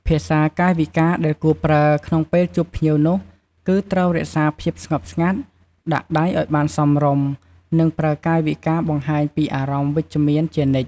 ភាសាកាយវិការដែលគួរប្រើក្នុងពេលជួបភ្ញៀវនោះ គឺត្រូវរក្សាភាពស្ងប់ស្ងាត់ ដាក់ដៃឲ្យបានសមរម្យ និងប្រើកាយវិការបង្ហាញពីអារម្មណ៍វិជ្ជមានជានិច្ច។